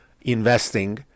investing